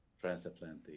transatlantic